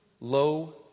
Low